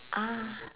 ah